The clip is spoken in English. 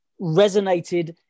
resonated